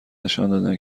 نشان